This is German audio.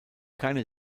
keine